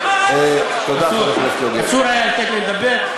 אסור היה לתת לדבר.